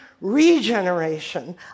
regeneration